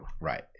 Right